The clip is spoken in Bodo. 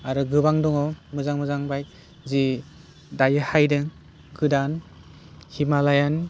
आरो गोबां दङ मोजां मोजां बाइक जि दायो हायदों गोदान हिमालयान